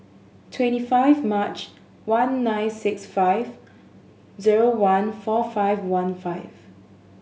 twenty five March one nine six five zero one four five one five